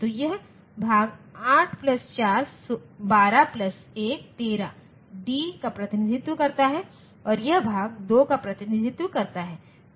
तो यह भाग 8 प्लस 4 12 प्लस 1 13 D का प्रतिनिधित्व करता है और यह भाग 2 का प्रतिनिधित्व करता है